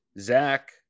Zach